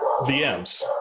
VMs